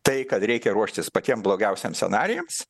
tai kad reikia ruoštis patiem blogiausiem scenarijams